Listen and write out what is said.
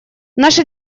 наша